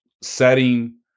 setting